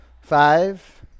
Five